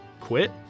Quit